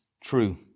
true